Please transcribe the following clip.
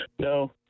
no